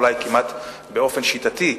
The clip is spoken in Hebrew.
אולי כמעט באופן שיטתי,